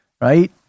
right